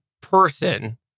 person